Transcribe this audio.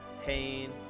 Pain